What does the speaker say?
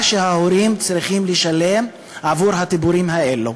שההורים צריכים לשלם עבור הטיפולים האלו.